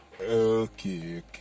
Okay